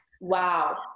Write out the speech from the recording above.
Wow